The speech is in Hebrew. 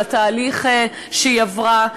על התהליך שהיא עברה,